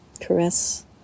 caress